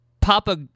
Papa